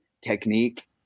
technique